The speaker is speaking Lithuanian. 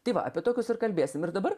tai va apie tokius ir kalbėsim ir dabar